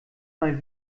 mal